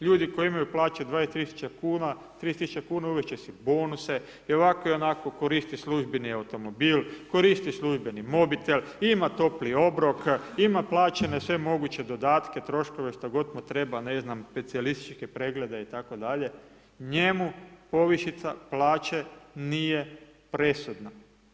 Ljudi koji imaju plaće 20.000,00 kn, 30.000,00 kn, uvest će si bonuse i ovako i onako koristi službeni automobil, koristi službeni mobitel, ima topli obrok, ima plaćene sve moguće dodatke, troškove, što god mu treba, ne znam, specijalističke preglede itd., njemu povišica plaće nije presudna.